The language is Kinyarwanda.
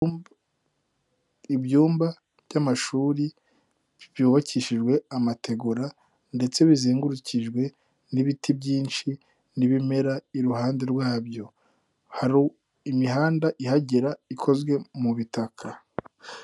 Ibyumba by'amashuri byubakishijwe amategura ndetse bizengurukijwe n'ibiti byinshi n'ibimera, iruhande rwabyo hari imihanda ihagera ikozwe mu butaka.